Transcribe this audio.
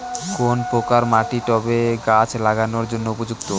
কোন প্রকার মাটি টবে গাছ লাগানোর জন্য উপযুক্ত?